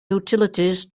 utilities